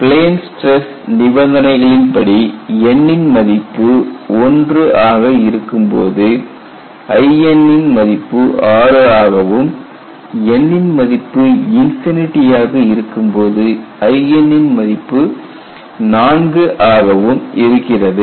plane stress நிபந்தனைகளின் படி n ன் மதிப்பு 1 ஆக இருக்கும்போது In ன் மதிப்பு 6 ஆகவும் n ன் மதிப்பு ஆக இருக்கும்போது In ன் மதிப்பு 4 ஆகவும் இருக்கிறது